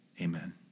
Amen